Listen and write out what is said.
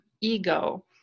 ego